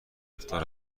رفتار